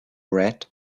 red